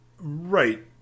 Right